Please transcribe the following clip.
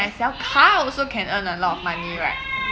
I sell car also can earn a lot of money right